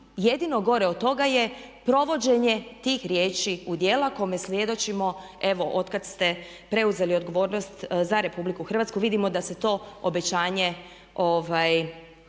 jedino gore od toga je provođenje tih riječi u djela kome svjedočimo evo od kad ste preuzeli odgovornost za RH. Vidimo da se to obećanje